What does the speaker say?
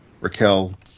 Raquel